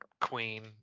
Queen